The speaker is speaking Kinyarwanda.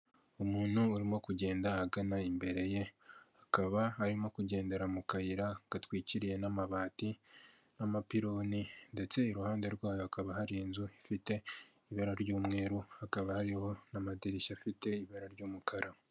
Umuntu urimo kugenda ahagana imbere ye akaba arimo kugendera mu kayira gatwikiye n'amabati n'amapironi, ndetse iruhande rwayo hakaba hari inzu ifite ibara ry'umweru hakaba hariho n'amadirishya afite ibara ry'umukara.